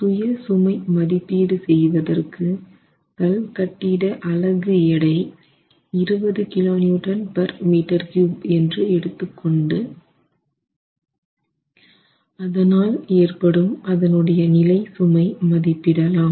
சுயசுமை மதிப்பீடு செய்வதற்கு கல்கட்டிட அலகு எடை 20 kNm3 என்று எடுத்து எடுத்துக்கொண்டு கொண்டு அதனால் ஏற்படும் அதனுடைய நிலை சுமை மதிப்பிடலாம்